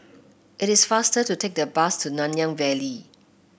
it is faster to take the bus to Nanyang Valley